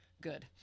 good